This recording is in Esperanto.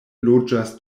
loĝas